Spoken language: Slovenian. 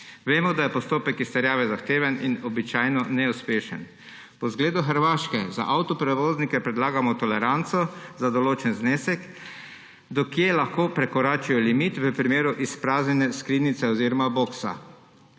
Vemo, da je postopek izterjave zahteven in običajno neuspešen. Po zgledu Hrvaške za avtoprevoznike predlagamo toleranco za določen znesek, do kod lahko prekoračijo limit v primeru izpraznjene skrinjice oziroma boksa.